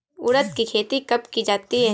उड़द की खेती कब की जाती है?